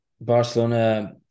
Barcelona